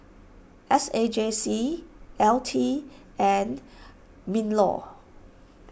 S A J C L T and MinLaw